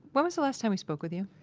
when was the last time we spoke with you?